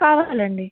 కావాలండి